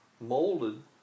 Molded